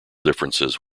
differences